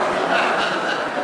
הכול בסדר.